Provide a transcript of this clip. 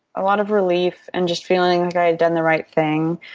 a lot of relief and just feeling i had done the right thing.